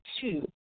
two